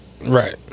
right